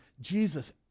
Jesus